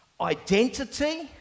identity